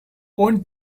one